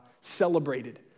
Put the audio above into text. celebrated